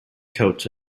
coach